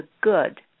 good